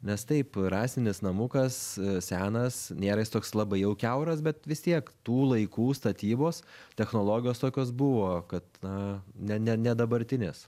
nes taip rąstinis namukas senas nėra jis toks labai jau kiauras bet vis tiek tų laikų statybos technologijos tokios buvo kad na ne ne ne dabartinės